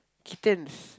chickens